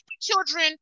children